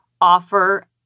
offer